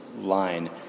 line